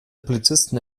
polizisten